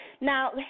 Now